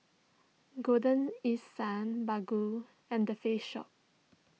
Golden East Sun Baggu and the Face Shop